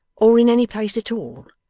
or in any place at all,